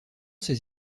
ses